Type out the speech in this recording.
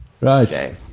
right